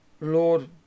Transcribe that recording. Lord